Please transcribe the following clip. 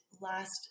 last